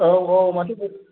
औ औ माथो